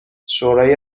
شورای